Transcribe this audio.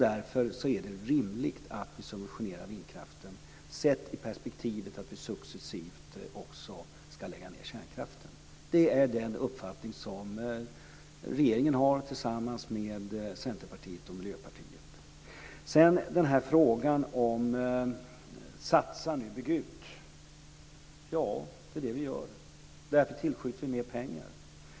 Därför är det rimligt att vi subventionerar vindkraften, sett i perspektivet att vi successivt ska lägga ned kärnkraften. Det är den uppfattning regeringen har tillsammans med Centerpartiet och Miljöpartiet. Rigmor Stenmark säger att vi ska satsa nu och bygga ut. Det är vad vi gör. Därför tillskjuter vi mer pengar.